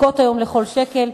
שזקוקות היום לכל שקל,